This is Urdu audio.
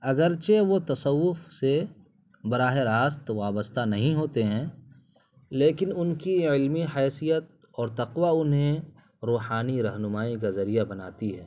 اگرچہ وہ تصوف سے براہ راست وابستہ نہیں ہوتے ہیں لیکن ان کی علمی حیثیت اور تقویٰ انہیں روحانی رہنمائی کا ذریعہ بناتی ہے